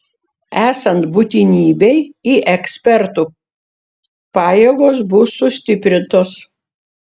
esant būtinybei į ekspertų pajėgos bus sustiprintos